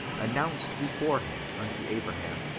announced beforehand unto abraham,